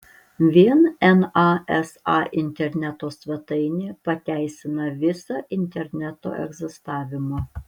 vien nasa interneto svetainė pateisina visą interneto egzistavimą